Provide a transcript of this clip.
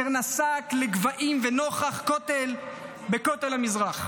אשר נסק לגבהים ונוכח בכותל המזרח.